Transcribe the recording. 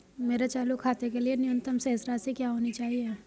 मेरे चालू खाते के लिए न्यूनतम शेष राशि क्या होनी चाहिए?